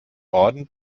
orden